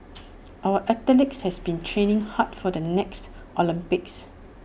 our athletes have been training hard for the next Olympics